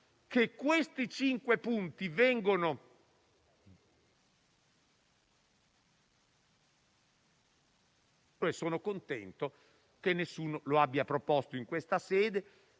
che questi cinque punti vengano rispettati. Sono contento che nessuno lo abbia proposto in questa sede.